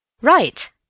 Right